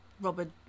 Robert